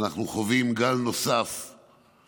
אבל אנחנו גם צריכים לתת דוגמה.